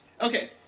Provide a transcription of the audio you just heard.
Okay